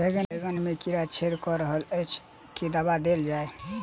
बैंगन मे कीड़ा छेद कऽ रहल एछ केँ दवा देल जाएँ?